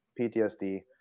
PTSD